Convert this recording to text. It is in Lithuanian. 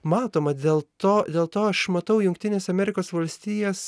matoma dėl to dėl to aš matau jungtines amerikos valstijas